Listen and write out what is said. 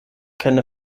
keine